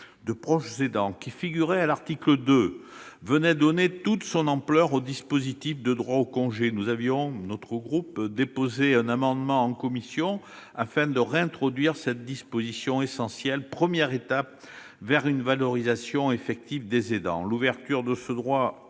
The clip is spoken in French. de proche aidant, qui figurait à l'article 2, venait donner toute son ampleur au dispositif de droit au congé. Notre groupe avait déposé un amendement en commission, afin de réintroduire cette disposition essentielle, première étape vers une valorisation effective des aidants. L'ouverture de ce droit